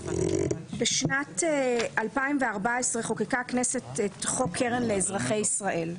בשנת 2014 חוקקה הכנסת את חוק קרן לאזרחי ישראל.